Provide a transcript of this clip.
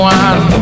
one